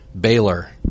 Baylor